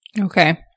Okay